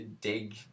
dig